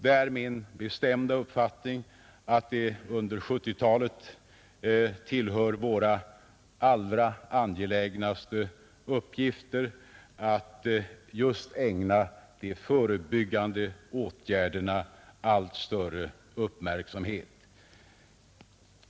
Det är min bestämda uppfattning att det under 1970-talet tillhör våra allra angelägnaste uppgifter att just ägna de förebyggande åtgärderna allt större uppmärksamhet.